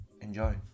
Enjoy